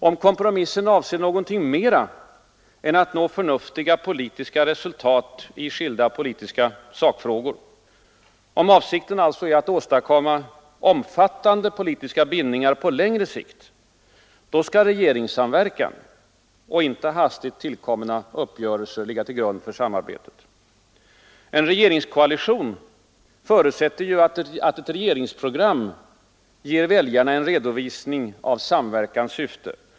Om kompromissen avser något mer än att nå förnuftiga politiska resultat i skilda aktuella sakfrågor, om avsikten alltså är att åstadkomma omfattande politiska bindningar på längre sikt, då skall regeringssamverkan och inte hastigt tillkomna uppgörelser ligga till grund för samarbetet. En regeringskoalition förutsätter att ett regeringsprogram ger väljarna en redovisning av samverkans syfte.